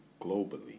globally